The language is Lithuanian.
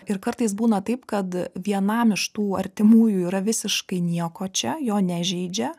ir kartais būna taip kad vienam iš tų artimųjų yra visiškai nieko čia jo nežeidžia